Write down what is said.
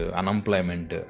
unemployment